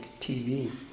TV